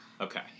Okay